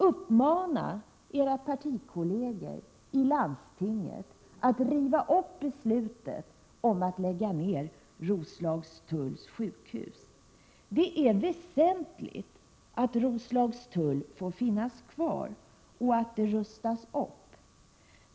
Uppmana era partikolleger i landstinget att riva upp beslutet om att lägga ned Roslagstulls sjukhus! Det är väsentligt att Roslagstull får finnas kvar och rustas upp.